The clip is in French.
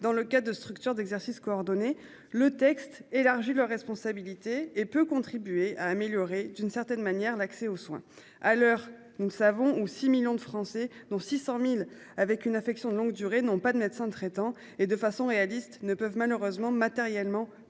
dans le cas de structures d'exercice coordonné le texte élargit leurs responsabilités et peut contribuer à améliorer, d'une certaine manière l'accès aux soins, à l'heure, nous ne savons où 6 millions de Français dont 600.000 avec une affection de longue durée n'ont pas de médecin traitant et de façon réaliste ne peuvent malheureusement matériellement pas en